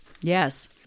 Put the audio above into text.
Yes